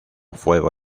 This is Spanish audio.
fuego